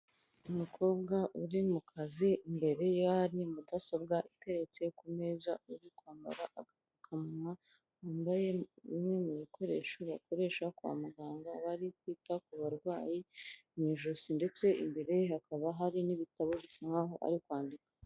Umukobwa uri mu kazi, imbere ye hari mudasobwa iteretse ku meza, uri kwambara agapfukamunywa, wambaye bimwe mu bikoresho bakoresha kwa muganga bari kwita ku barwayi mu ijosi, ndetse imbere ye hakaba hari n'ibitabo bisa nkaho ari kwandika.